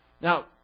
Now